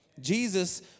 Jesus